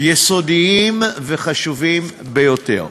יסודיים וחשובים ביותר.